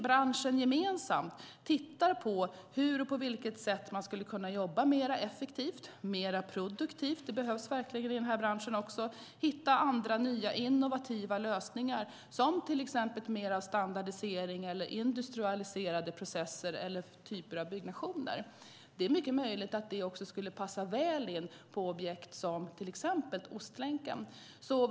Branschen gemensamt tittar mycket på hur och på vilket sätt man skulle kunna jobba mer effektivt och produktivt. Det behövs verkligen också i den här branschen. Det handlar om att hitta andra innovativa lösningar som till exempel mer standardisering eller industrialiserade processer och typer av byggnationer. Det är mycket möjligt att det också skulle passa väl in på objekt som till exempel Ostlänken. Herr talman!